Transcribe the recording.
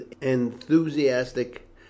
enthusiastic